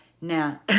Now